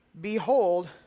behold